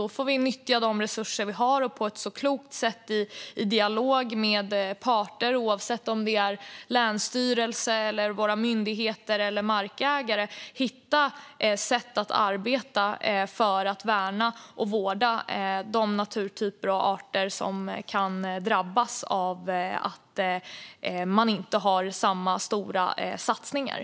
Då får vi nyttja de resurser vi har på ett klokt sätt och i dialog med parter, oavsett om det är länsstyrelser, myndigheter eller markägare, hitta sätt att arbeta för att värna och vårda de naturtyper och arter som kan drabbas när vi inte har samma stora satsningar.